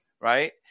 Right